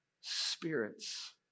spirits